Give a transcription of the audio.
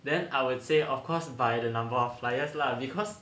then I would say of course by the number of flyers lah because